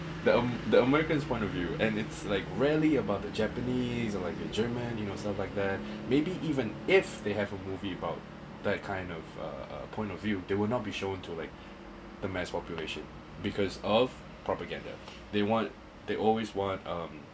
the am~ the american's point of view and it's like rarely about the japanese or like a german you know stuff like that maybe even if they have a movie about that kind of uh point of view they will not be showing to like the mass population because of propaganda they want they always want um